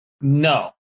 No